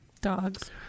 dogs